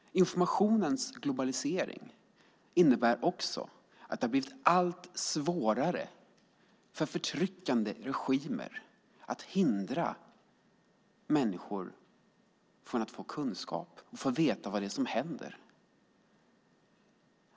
Informationens globalisering innebär också att det har blivit allt svårare för förtryckande regimer att hindra människor från att få kunskap, att få veta vad det är som händer.